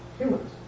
Humans